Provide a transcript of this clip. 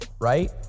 right